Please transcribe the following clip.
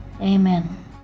Amen